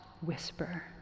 whisper